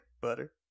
Butter